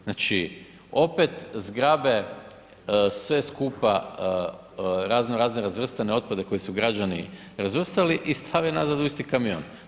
Znači, opet zgrabe sve skupa razno razne razvrstane otpade koji su građani razvrstali i stave nazad u isti kamion.